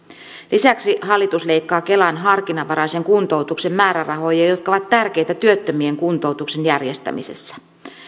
lisäksi hallitus leikkaa kelan harkinnanvaraisen kuntoutuksen määrärahoja jotka ovat tärkeitä työttömien kuntoutuksen järjestämisessä